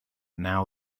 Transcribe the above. now